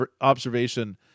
observation